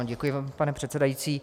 Děkuji vám, pane předsedající.